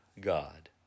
God